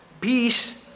peace